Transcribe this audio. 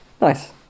Nice